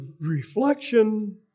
reflection